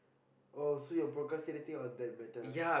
oh so you're procrastinating on that matter